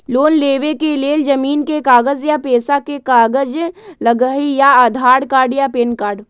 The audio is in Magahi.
लोन लेवेके लेल जमीन के कागज या पेशा के कागज लगहई या आधार कार्ड या पेन कार्ड?